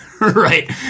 Right